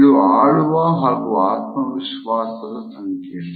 ಇದು ಆಳುವ ಹಾಗು ಆತ್ಮವಿಷವಾಸದ ಸಂಕೇತ